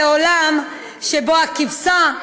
זה עולם שבו הכבשה,